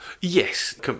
Yes